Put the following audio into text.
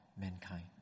mankind